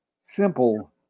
simple